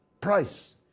price